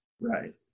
right